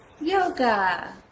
yoga